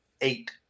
Eight